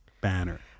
banner